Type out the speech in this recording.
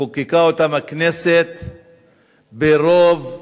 חוקקה אותם הכנסת ברוב דורסני,